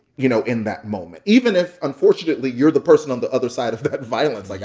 you know, in that moment, even if, unfortunately, you're the person on the other side of that violence. like, ah,